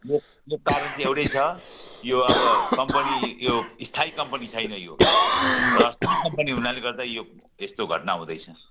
यो यो कारण चाहिँ एउटै छ यो अब कम्पनी यो स्थायी कम्पनी छैन यो र सिक कम्पनी हुनाले गर्दा यो यस्तो घटना हुँदैछ